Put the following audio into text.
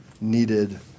needed